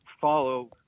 follow